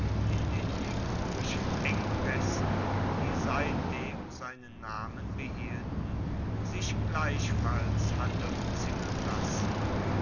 in den ligurischen engpaessen die seitdem seinen namen behielten sich gleichfalls hatte umzingeln lassen